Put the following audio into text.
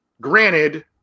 granted